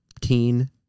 teen